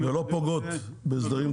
הן לא פוגעות בהסדרים.